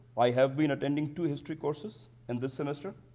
i have been attending two history courses in this semester.